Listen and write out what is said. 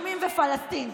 אדומים ופלסטין.